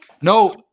no